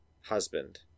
husband